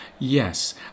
Yes